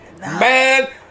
Man